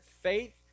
faith